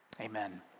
Amen